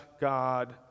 God